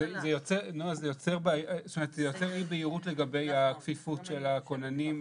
זה יוצר אי בהירות לגבי הצפיפות של הכוננים,